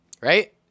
Right